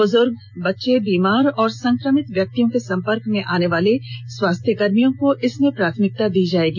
बुजुर्ग बच्चे बीमार और संक्रमित व्यक्तियों के संपर्क में आने वाले स्वास्थ्यकर्मियों को इसमें प्राथमिकता दी जाएगी